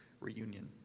reunion